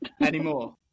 anymore